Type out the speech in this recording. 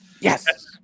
Yes